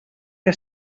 que